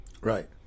Right